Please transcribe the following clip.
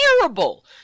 terrible